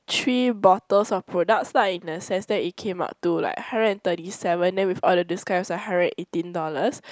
three bottles of products lah in the sense that it came up to like hundred and thirty seven then with all the discounts it's like hundred and eighteen dollars